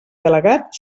delegat